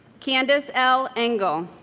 candace l. engel